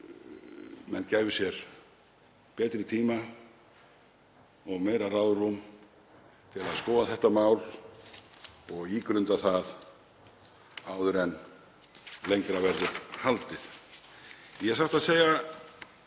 menn gæfu sér betri tíma og meira ráðrúm til að skoða þetta mál og ígrunda það áður en lengra verður haldið. Ég verð að